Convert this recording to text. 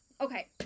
Okay